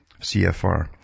CFR